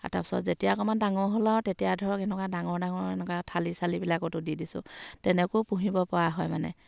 আৰু তাৰপাছত যেতিয়া অকণমান ডাঙৰ হ'ল আৰু তেতিয়া ধৰক এনেকুৱা ডাঙৰ ডাঙৰ এনেকুৱা থালি চালিলিবিলাকতো দি দিছোঁ তেনেকৈয়ো পুহিবপৰা হয় মানে